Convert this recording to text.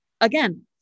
again